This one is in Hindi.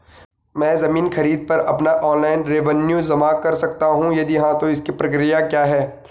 मैं ज़मीन खरीद पर अपना ऑनलाइन रेवन्यू जमा कर सकता हूँ यदि हाँ तो इसकी प्रक्रिया क्या है?